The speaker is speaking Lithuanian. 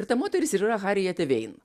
ir ta moteris ir yra harijete vein